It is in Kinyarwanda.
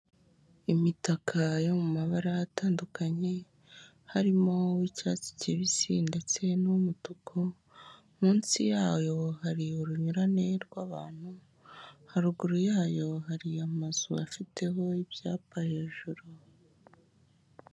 Imitaka yo mu mabara atandukanye harimo uw'icyatsi kibisi ndetse n'uw'umutuku munsi yawo hari urunyurane rw'abantu haruguru yayo hari amazu afiteho ibyapa hejuru.